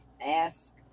ask